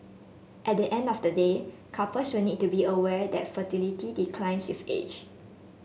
at the end of the day couples will need to be aware that fertility declines with age